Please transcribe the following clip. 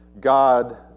God